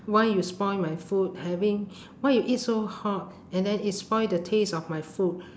why you spoil my food having why you eat so hot and then it spoil the taste of my food